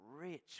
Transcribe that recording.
rich